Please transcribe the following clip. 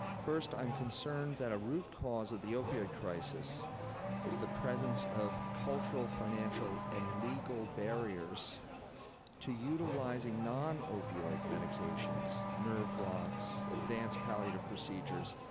first, i'm concerned that a root cause of the opioid crisis is the presence of cultural, financial, and legal barriers to utilizing non-opioid medications nerve blocks, advanced palliative procedures,